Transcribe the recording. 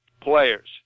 players